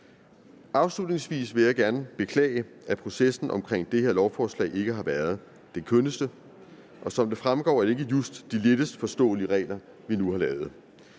Afslutningsvis vil jeg gerne beklage, at processen omkring det her lovforslag ikke har været det kønneste, og som det fremgår jo ikke just er de lettest forståelige regler, vi nu har lavet.